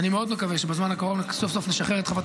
אני מאוד מקווה שבזמן הקרוב סוף-סוף נשחרר את חוות